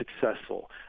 successful